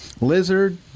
Lizard